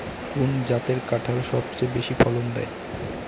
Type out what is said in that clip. কোন জাতের কাঁঠাল সবচেয়ে বেশি ফলন দেয়?